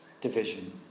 division